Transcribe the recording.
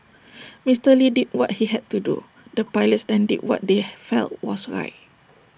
Mister lee did what he had to do the pilots then did what they felt was right